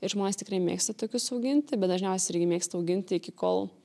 ir žmonės tikrai mėgsta tokius auginti bet dažniausiai irgi mėgsta auginti iki kol